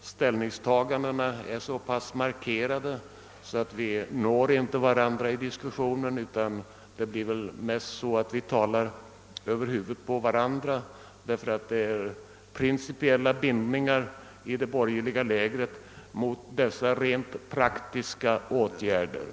ställningstagandena är så markerade, att vi inte når fram till varandra i diskussionen utan mest talar över huvudet på varandra, därför att det finns så starka principiella bindningar i det borgerliga lägret mot dessa rent praktiska åtgärder.